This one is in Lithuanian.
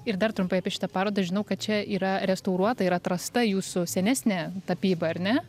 ir dar trumpai apie šitą parodą žinau kad čia yra restauruota ir atrasta jūsų senesnė tapyba ar ne